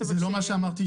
זה לא מה שאמרתי.